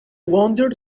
wander